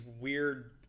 weird